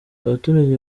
abaturage